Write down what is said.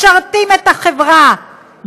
משרתים את החברה,